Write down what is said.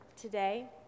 today